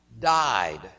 died